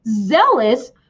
zealous